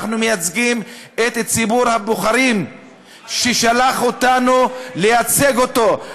אנחנו מייצגים את ציבור הבוחרים ששלח אותנו לייצג אותו,